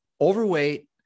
overweight